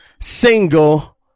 single